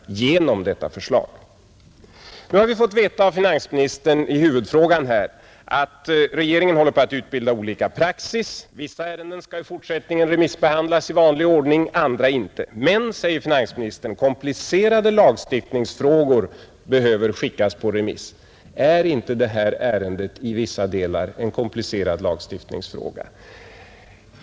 Nu har vi i huvudfrågan fått veta av finansministern att regeringen håller på att utbilda olika praxis. Vissa ärenden skall i fortsättningen remissbehandlas i vanlig ordning, andra inte. Men, sade finansministern, komplicerade lagstiftningsfrågor behöver skickas på remiss. Är inte det här ärendet i vissa delar en komplicerad lagstiftningsfråga?